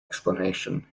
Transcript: explanation